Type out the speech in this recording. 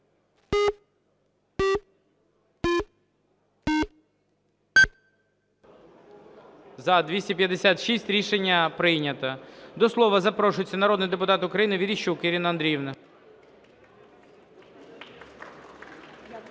За-256 Рішення прийнято. До слова запрошується народний депутат України Верещук Ірина Андріївна.